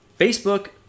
Facebook